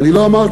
אני לא אמרתי.